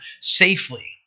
safely